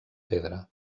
pedra